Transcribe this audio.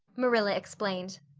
marilla explained,